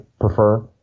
prefer